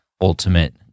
ultimate